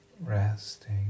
resting